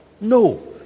no